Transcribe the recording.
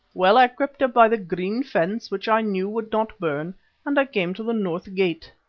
well, i crept up by the green fence which i knew would not burn and i came to the north gate.